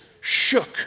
shook